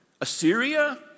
Assyria